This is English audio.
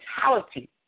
mentality